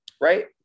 Right